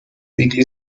weekly